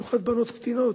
במיוחד בנות קטינות,